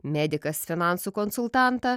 medikas finansų konsultantą